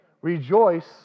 rejoice